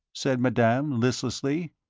said madame, listlessly,